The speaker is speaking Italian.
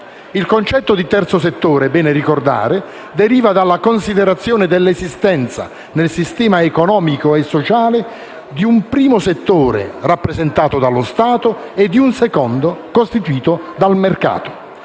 Il concetto di terzo settore - è bene ricordarlo - deriva dalla considerazione dell'esistenza nel sistema economico e sociale di un primo settore rappresentato dallo Stato e di un secondo costituito dal mercato.